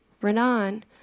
Renan